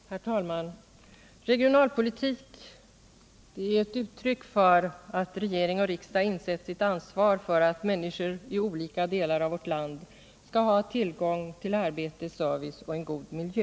Herr talman! Regionalpolitik är ett uttryck för att regering och riksdag insett sitt ansvar för att människor i olika delar av vårt land skall ha tillgång till arbete, service och en god miljö.